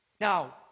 Now